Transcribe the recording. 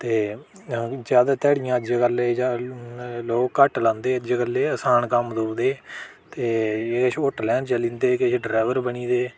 ते ज्यादा ध्याड़ियां अज्जै कल्लै दे लोक घट्ट लादें अज्ज कल्ल दे आसान कम्म तुपदे किश होटल र चली जंदे किश ड्राइबर बनी गेदे